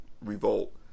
revolt